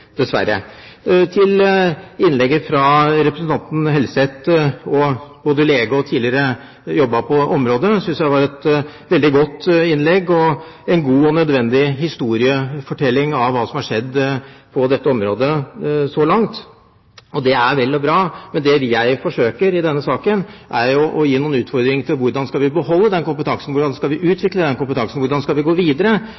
dessverre. Når det gjelder innlegget fra representanten Helseth, som er lege, og som tidligere har jobbet på området, synes jeg det var veldig godt, og en god og nødvendig historiefortelling om hva som er skjedd på dette området så langt. Det er vel og bra. Men det jeg forsøker med denne saken, er å komme med noen utfordringer til hvordan skal vi beholde kompetansen, hvordan skal vi